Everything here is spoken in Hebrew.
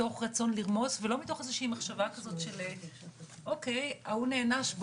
מתוך רצון לרמוס ולא מתוך איזושהי מחשבה כזאת של ההוא נענש,